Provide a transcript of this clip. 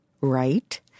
right